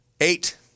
Eight